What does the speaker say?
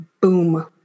Boom